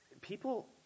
people